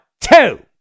two